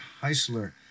Heisler